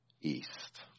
east